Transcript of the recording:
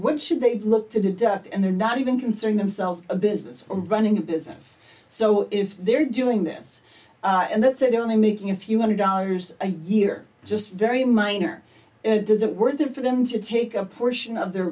what should they look to deduct and they're not even considering themselves a business or running a business so if they're doing this and that's if they're only making a few hundred dollars a year just very minor does it worth it for them to take a portion of their